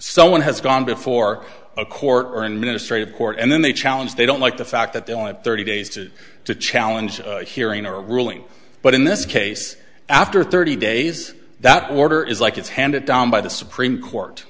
someone has gone before a court or in ministry of court and then they challenge they don't like the fact that they want thirty days to to challenge hearing a ruling but in this case after thirty days that order is like it's handed down by the supreme court